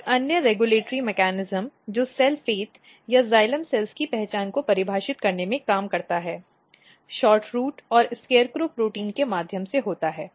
एक अन्य नियामक तंत्र जो सेल फ़ेट या जाइलम कोशिकाओं की पहचान को परिभाषित करने में काम करता है SHORTROOT और SCARECROW प्रोटीन के माध्यम से होता है